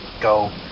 go